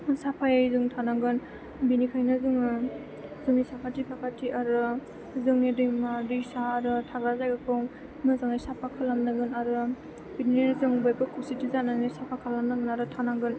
साफायै जों थानांगोन बिनिखायनो जोङो जोंनि साखाथि फाखाथि आरो जोंनि दैमा दैसा आरो थाग्रा जायगाखौ मोजाङै साफा खालामनांगोन आरो बिदिनो जों बयबो खौसेथि जानानै साफा खालामनांगोन आरो थानांगोन